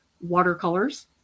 watercolors